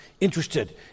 interested